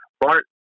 Bart